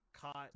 caught